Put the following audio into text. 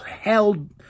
held